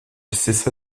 cessa